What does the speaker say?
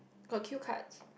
got cue cards